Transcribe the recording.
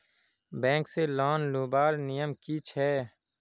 Bank से loan लुबार नियम की छे?